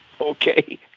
Okay